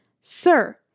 sir